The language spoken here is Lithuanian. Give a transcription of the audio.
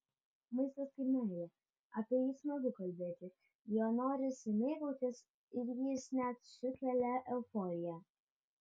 maistas kaip meilė apie jį smagu kalbėti juo norisi mėgautis ir jis net sukelia euforiją